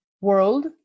world